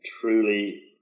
truly